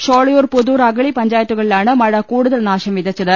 ഷോളയൂർ പുതൂർ അഗളി പഞ്ചായത്തുകളിലാണ് മഴ കൂടുതൽ നാശം വിതച്ചത്